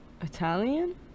Italian